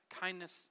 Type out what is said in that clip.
kindness